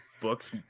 books